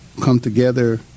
come-together